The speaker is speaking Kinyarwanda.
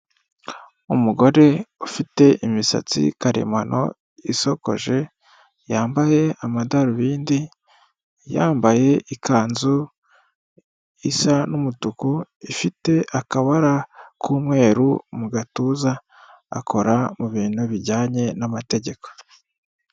Umugore ufite imisatsi karemano isokoje, yambaye amadarubindi, yambaye ikanzu isa n'umutuku ifite akabara k'umweru mu gatuza akora mu bintu bijyanye n'amategeko.